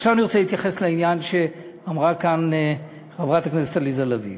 עכשיו אני רוצה להתייחס לעניין שאמרה כאן חברת הכנסת עליזה לביא.